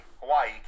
Hawaii